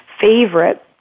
favorite